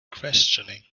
questioning